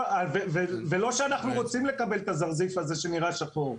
לא שאנחנו רוצים לקבל את הזרזיף הזה שנראה שחור,